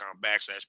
backslash